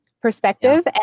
perspective